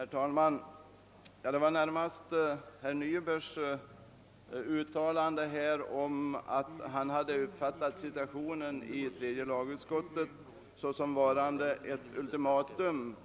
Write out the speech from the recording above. Herr talman! Det var närmast herr Nybergs uttalande att han uppfattat situationen i tredje lagutskottet så, att socialdemokraterna gav ett ultimatum,